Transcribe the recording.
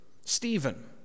Stephen